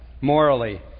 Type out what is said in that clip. morally